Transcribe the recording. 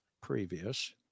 previous